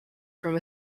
from